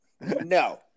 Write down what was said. no